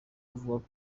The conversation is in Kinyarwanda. avuga